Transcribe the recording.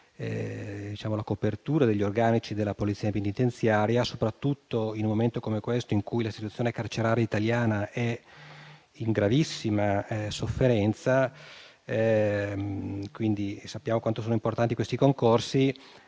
quella degli organici della Polizia penitenziaria, soprattutto in un momento come questo, in cui la situazione carceraria italiana è in gravissima sofferenza. Sappiamo quanto sono importanti questi concorsi.